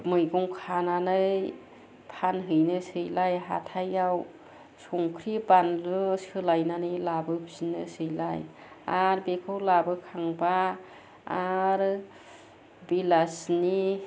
मैगं खानानै फानहैनोसैलाय हाथाइयाव संख्रि बानलु सोलायनानै लाबोफिननोसैलाय आरो बेखौ लाबोखांबा आरो बेलासिनि